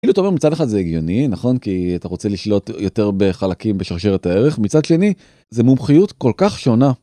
כאילו אתה אומר מצד אחד זה הגיוני, נכון? כי אתה רוצה לשלוט יותר בחלקים בשרשרת הערך, מצד שני זה מומחיות כל כך שונה.